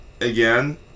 again